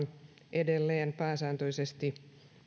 edelleen pääsääntöisesti